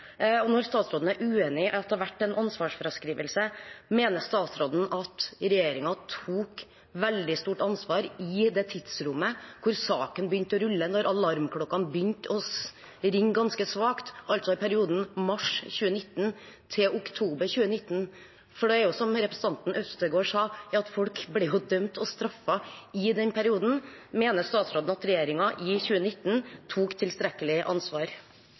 Og når statsråden er uenig i at det har vært en ansvarsfraskrivelse, mener statsråden at regjeringen tok et veldig stort ansvar i det tidsrommet saken begynte å rulle, da alarmklokkene begynte å ringe ganske svakt, altså i perioden fra mars 2019 til oktober 2019? For det er jo som representanten Øvstegård sa, at folk ble dømt og straffet i den perioden. Mener statsråden at regjeringen i 2019 tok tilstrekkelig ansvar?